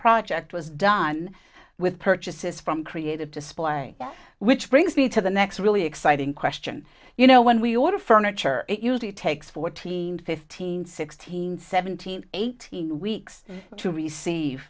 project was done with purchases from creative display which brings me to the next really exciting question you know when we order furniture it usually takes fourteen fifteen sixteen seventeen eighteen weeks to receive